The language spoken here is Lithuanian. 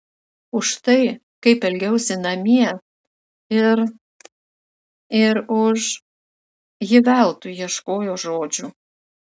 už tai kaip elgiausi namie ir ir už ji veltui ieškojo žodžių